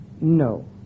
No